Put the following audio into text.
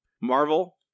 Marvel